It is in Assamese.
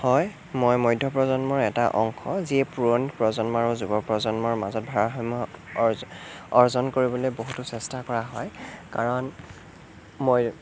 হয় মই মধ্য প্ৰজন্মৰ এটা অংশ যিয়ে পুৰণি প্ৰজন্ম আৰু যুৱপ্ৰজন্মৰ মাজত ভাৰসাম্য অৰ্জন কৰিবলৈ বহুতো চেষ্টা কৰা হয় কাৰণ মই